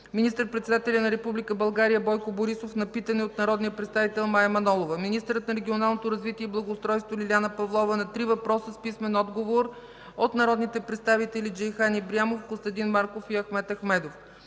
министър-председателят на Република България Бойко Борисов – на питане от народния представител Мая Манолова; - министърът на регионалното развитие и благоустройството Лиляна Павлова – на три въпроса с писмен отговор от народните представители Джейхан Ибрямов, Костадин Марков, и Ахмед Ахмедов;